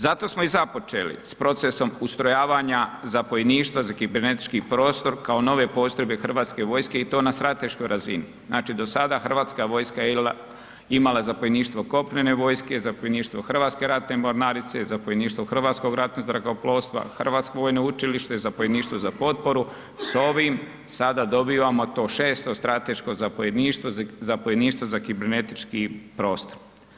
Zato smo i započeli s procesom ustrojavanja zapovjedništva za kibernetički prostor kao nove postrojbe Hrvatske vojske i to na strateškoj razini, znači do sada Hrvatska vojska je imala zapovjedništvo kopnene vojske, zapovjedništvo Hrvatske ratne mornarice, zapovjedništvo Hrvatskog ratnog zrakoplovstva, Hrvatsko vojno učilište, zapovjedništvo za potporu, s ovim sada dobivamo to šesto strateško zapovjedništvo, zapovjedništvo za kibernetički prostor.